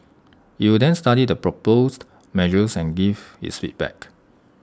IT will then study the proposed measures and give its feedback